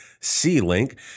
C-Link